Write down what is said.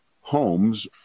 homes